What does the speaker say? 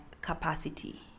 capacity